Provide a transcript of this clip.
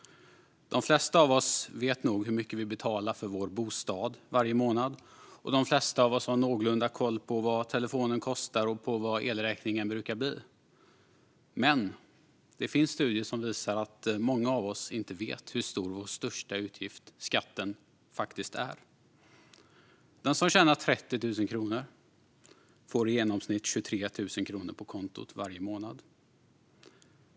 De flesta av oss vet nog hur mycket vi betalar för vår bostad varje månad, och de flesta av oss har någorlunda koll på vad telefonen kostar och hur stor elräkningen brukar bli. Men det finns studier som visar att många av oss inte vet hur stor vår största utgift, skatten, faktiskt är. Den som tjänar 30 000 kronor får i genomsnitt 23 000 kronor på kontot varje månad.